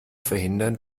verhindern